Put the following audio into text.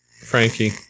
Frankie